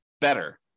better